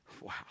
Wow